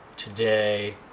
today